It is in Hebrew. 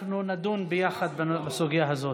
אנחנו נדון ביחד בסוגיה הזאת.